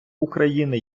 україни